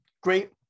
great